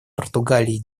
португалии